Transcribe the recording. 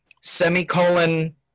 semicolon